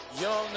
young